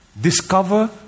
discover